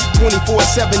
24-7